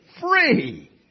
Free